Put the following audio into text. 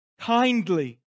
kindly